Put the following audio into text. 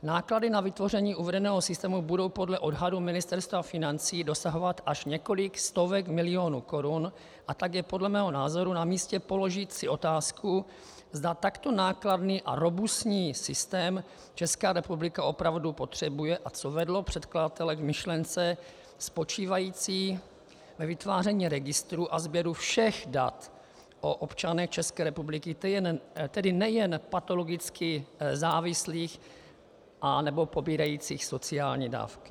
Náklady na vytvoření uvedeného systému budou podle odhadu Ministerstva financí dosahovat až několika stovek milionů korun, a tak je podle mého názoru namístě položit si otázku, zda takto nákladný a robustní systém Česká republika opravdu potřebuje a co vedlo předkladatele k myšlence spočívající ve vytváření registru a sběru všech dat o občanech České republiky, tedy nejen patologicky závislých a nebo pobírajících sociální dávky.